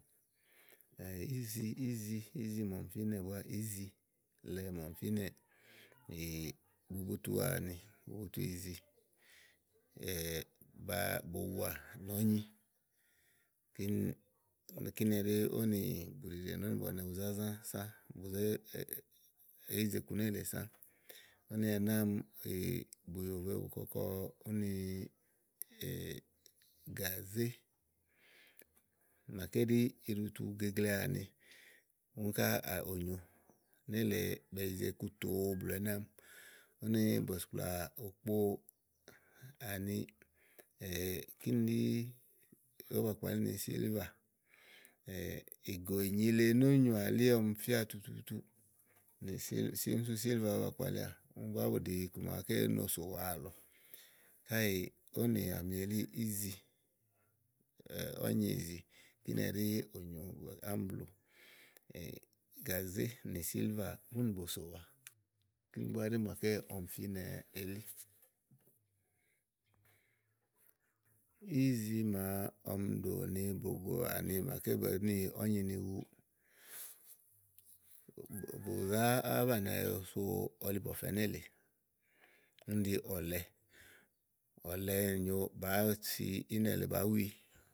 Ìzi, izi, ízi màa ɔmi fìnɛ búá ízi le màa ɔmi fìnɛ ɖi bubutu wuà ni, ɖi bubutu ìzì gbã bo wuà nɔ̀ɔ́nyi. Kíní ɛɖí ówò nì bɔ̀nɛ̀ bu za zã sã. Bu yize iku nélèe sã. Úni ɛnɛ́ àámi bùyòvoè bu kɔkɔ úni gàzé máaké ɖì iɖutu geglea ani úni ká ònyo, nélèe bèe yize iku tòo blù ɛnɛ́ àámi úni bɔ̀sìkplà okpòo àni kíni úni bàa kpalini sílvà ìgò ìnyi le nó nyoà eli ɔmi fía tutuutuú. Úni sú sílvà ówó ba kpalíà. Ú ɖi iku máaké no sòwa àlɔ. Káèè ówò nàmi ɖi ízi ɔ̀nyiìzi kíni ɛɖí nyòo ámi blù. gàzé nì sílvà búnì bòo sòwa kíni búá ɖí màa ɔmi fìnɛ elì. Ízi màa ɔmi ɖò ni bògò áni màaké bèé ni ɔ̀nyi ni wu, bù zá baniìà oso ɔlibɔfɛ nélèe úni ɖi ɔ̀lɛ, ɔ̀lɛ nyòo bàáa si ínɛ̀ lèe bàá wi.